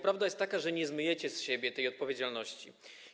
Prawda jest taka, że nie zmyjecie z siebie tej odpowiedzialności.